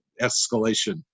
escalation